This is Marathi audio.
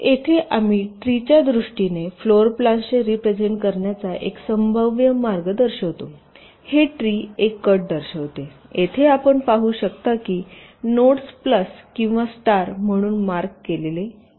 येथे आम्ही ट्रीच्या दृष्टीने फ्लोरप्लान्सचे रिप्रेझेन्टेशन करण्याचा एक संभाव्य मार्ग दर्शवितो हे ट्री एक कट दर्शवते येथे आपण पाहू शकता की नोड्स प्लस किंवा स्टार म्हणून मार्क आहेत